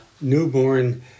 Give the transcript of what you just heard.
newborn